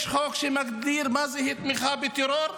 יש חוק שמגדיר מה זה תמיכה בטרור,